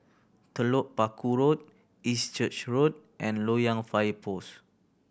Telok Paku Road East Church Road and Loyang Fire Post